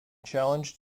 challenged